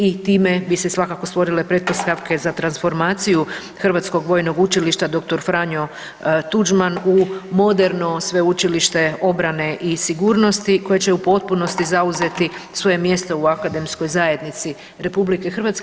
I time bi se svakako stvorile pretpostavke za transformaciju Hrvatskog vojnog učilišta Dr. Franjo Tuđman u moderno Sveučilište obrane i sigurnosti koje će u potpunosti zauzeti svoje mjesto u akademskoj zajednici RH.